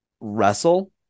wrestle